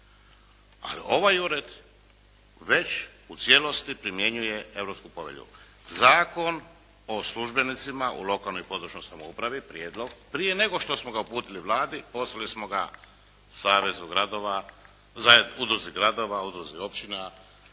Ali ovaj ured već u cijelosti primjenjuje europsku povelju. Zakon o službenicima u lokalnoj i područnoj samoupravi, prijedlog prije nego što smo ga uputili Vladi, poslali smo ga Savezu gradova, Udruzi gradova,